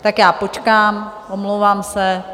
Tak já počkám, omlouvám se.